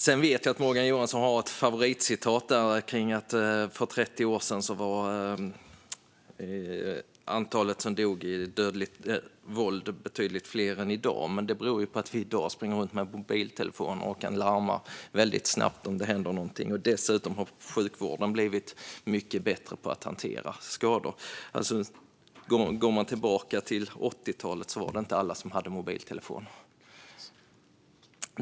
Jag vet att Morgan Johansson har ett favoritcitat, att för 30 år sedan var antalet som dog av dödligt våld betydligt högre än i dag. Men det beror ju på att vi i dag springer runt med mobiltelefoner och kan larma väldigt snabbt om det händer någonting. Dessutom har sjukvården blivit mycket bättre på att hantera skador. Bakåt i tiden, på 80-talet, var det inte alla som hade mobiltelefon.